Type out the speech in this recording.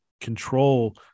control